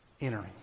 entering